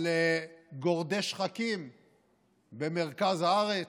על גורדי שחקים במרכז הארץ,